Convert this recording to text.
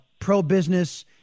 pro-business